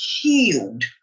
healed